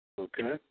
Okay